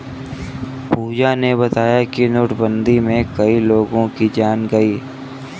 पूजा ने बताया कि नोटबंदी में कई लोगों की जान गई